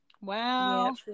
Wow